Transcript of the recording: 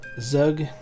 Zug